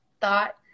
thought